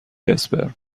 اسپرم